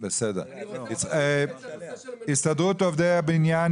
--- יו"ר הסתדרות עובדי הבניין,